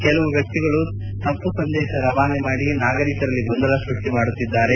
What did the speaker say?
ಕೆಲವು ವ್ಯಕ್ತಿಗಳು ತಪ್ಪು ಸಂದೇಶ ರವಾನೆ ಮಾಡಿ ನಾಗರೀಕರಲ್ಲಿ ಗೊಂದಲ ಸ್ಕಷ್ಟಿ ಮಾಡುತ್ತಿದ್ದಾರೆ